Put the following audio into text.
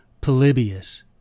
Polybius